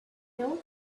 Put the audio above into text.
know